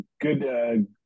good